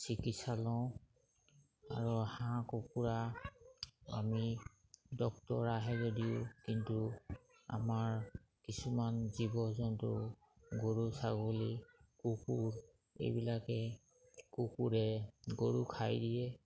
চিকিৎসা লওঁ আৰু হাঁহ কুকুৰা আমি ডক্তৰ আহে যদিও কিন্তু আমাৰ কিছুমান জীৱ জন্তু গৰু ছাগলী কুকুৰ এইবিলাকে কুকুৰে গৰু খাই দিয়ে